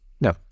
No